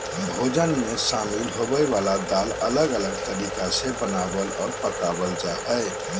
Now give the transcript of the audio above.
भोजन मे शामिल होवय वला दाल अलग अलग तरीका से बनावल आर पकावल जा हय